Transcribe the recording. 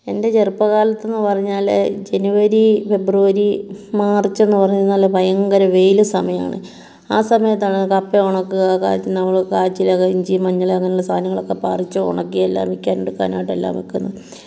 എൻ്റെ ചെറുപ്പകാലത്ത്ന്ന് പറഞ്ഞാൽ ജനുവരി ഫെബ്രുവരി മാർച്ച് എന്ന് പറഞ്ഞ് കഴിഞ്ഞാൽ ഭയങ്കര വെയിൽ സമയമാണ് ആ സമയത്താണ് കപ്പ ഉണക്കുക ക നമ്മൾ കാച്ചിലൊക്കെ ഇഞ്ചിയും മഞ്ഞളും അങ്ങനെയുള്ള സാധനങ്ങളൊക്കെ പറിച്ച് ഉണക്കി എല്ലാം വിൽക്കാൻ എടുക്കാനായിട്ട് എല്ലാം വെക്കുന്നത്